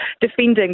defending